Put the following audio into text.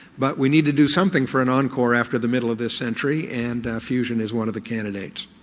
but we need to do something for an encore after the middle of this century and fusion is one of the candidates.